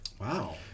Wow